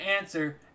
answer